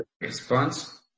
response